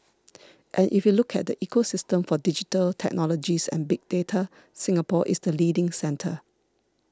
and if you look at the ecosystem for digital technologies and big data Singapore is the leading centre